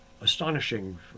astonishing